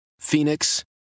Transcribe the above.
Phoenix